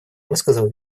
высказал